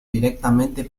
directamente